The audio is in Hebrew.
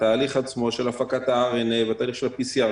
התהליך עצמו של הפקת ה-RNA בתהליך של ה-PCR,